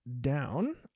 down